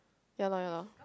ya loh ya loh